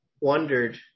wondered